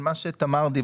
של מה שתמר דיברה.